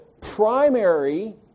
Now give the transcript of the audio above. primary